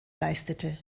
leistete